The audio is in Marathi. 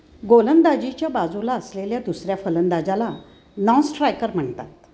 गोलंदाजीच्या बाजूला असलेल्या दुसऱ्या फलंदाजाला नॉन स्ट्रायकर म्हणतात